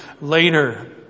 later